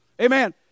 Amen